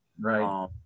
Right